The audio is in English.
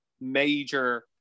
major